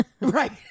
right